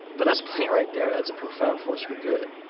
but that's plenty right there, that's a profound force for good.